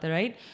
right